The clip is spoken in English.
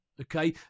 Okay